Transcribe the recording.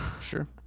Sure